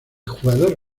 jugador